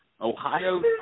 Ohio